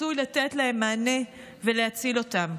עשוי לתת להם מענה ולהציל אותם.